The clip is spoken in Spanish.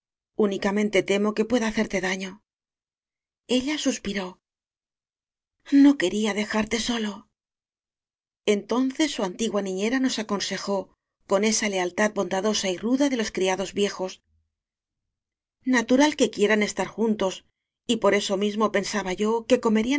únicamente temo que pueda hacerte daño ella suspiró no quería dejarte solo entonces su antigua niñera nos aconsejó con esa lealtad bondadosa y ruda de los cria dos viejos natural que quieran estar juntos y por eso mismo pensaba yo que comerían